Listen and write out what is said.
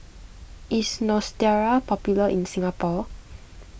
is Neostrata popular in Singapore